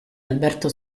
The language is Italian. alberto